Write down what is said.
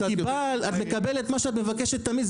את מקבלת מה שאת מבקשת תמיד,